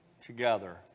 together